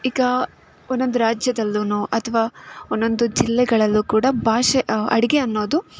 ಈಗಾ ಒಂದೊಂದ್ ರಾಜ್ಯದಲ್ಲೂ ಅಥ್ವ ಒಂದೊಂದು ಜಿಲ್ಲೆಗಳಲ್ಲೂ ಕೂಡ ಭಾಷೆ ಅಡುಗೆ ಅನ್ನೋದು